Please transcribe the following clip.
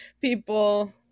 people